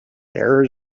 there